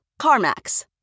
CarMax